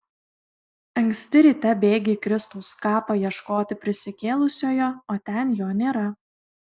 anksti ryte bėgi į kristaus kapą ieškoti prisikėlusiojo o ten jo nėra